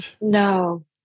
No